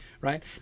right